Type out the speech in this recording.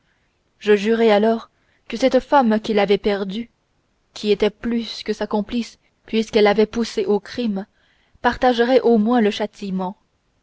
je jurai alors que cette femme qui l'avait perdu qui était plus que sa complice puisqu'elle l'avait poussé au crime partagerait au moins le châtiment